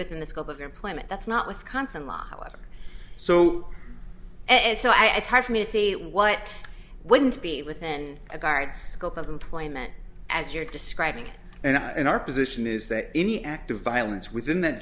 within the scope of employment that's not wisconsin law allows so and so i it's hard for me to say what wouldn't be within the guard scope of employment as you're describing and in our position is that any act of violence within that